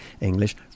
English